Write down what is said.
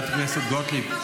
--- ראיתי בעיניים שלי